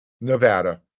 Nevada